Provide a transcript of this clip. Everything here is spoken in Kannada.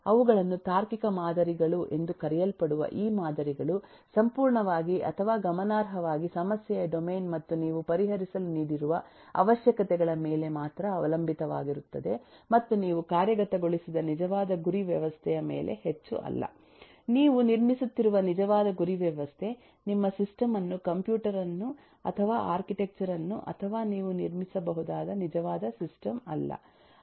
ಅವುಗಳನ್ನು ತಾರ್ಕಿಕ ಮಾದರಿಗಳು ಎಂದು ಕರೆಯಲ್ಪಡುವ ಈ ಮಾದರಿಗಳು ಸಂಪೂರ್ಣವಾಗಿ ಅಥವಾ ಗಮನಾರ್ಹವಾಗಿ ಸಮಸ್ಯೆಯ ಡೊಮೇನ್ ಮತ್ತು ನೀವು ಪರಿಹರಿಸಲು ನೀಡಿರುವ ಅವಶ್ಯಕತೆಗಳ ಮೇಲೆ ಮಾತ್ರ ಅವಲಂಬಿತವಾಗಿರುತ್ತದೆ ಮತ್ತು ನೀವು ಕಾರ್ಯಗತಗೊಳಿಸಿದ ನಿಜವಾದ ಗುರಿ ವ್ಯವಸ್ಥೆಯ ಮೇಲೆ ಹೆಚ್ಚು ಅಲ್ಲ ನೀವು ನಿರ್ಮಿಸುತ್ತಿರುವ ನಿಜವಾದ ಗುರಿ ವ್ಯವಸ್ಥೆ ನಿಮ್ಮ ಸಿಸ್ಟಮ್ ಅನ್ನು ಕಂಪ್ಯೂಟರ್ ಅನ್ನು ಅಥವಾ ಆರ್ಕಿಟೆಕ್ಚರ್ ಅನ್ನು ಅಥವಾ ನೀವು ನಿರ್ಮಿಸಿಬಹುದಾದ ನಿಜವಾದ ಸಿಸ್ಟಮ್ ಅಲ್ಲ